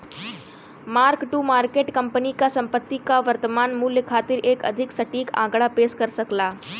mark to market कंपनी क संपत्ति क वर्तमान मूल्य खातिर एक अधिक सटीक आंकड़ा पेश कर सकला